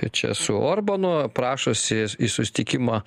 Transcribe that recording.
čia su orbanu prašosi į susitikimą